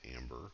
amber